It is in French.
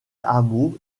hameau